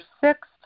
six